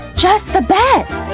just the best.